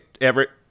Everett